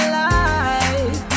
light